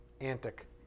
antic